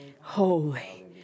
holy